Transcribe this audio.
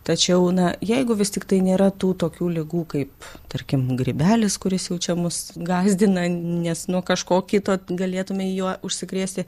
tačiau na jeigu vis tiktai nėra tų tokių ligų kaip tarkim grybelis kuris jau čia mus gąsdina nes nuo kažko kito galėtume juo užsikrėsti